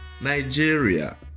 Nigeria